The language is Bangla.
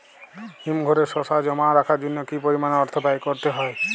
হিমঘরে শসা জমা রাখার জন্য কি পরিমাণ অর্থ ব্যয় করতে হয়?